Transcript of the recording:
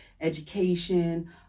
education